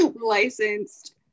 licensed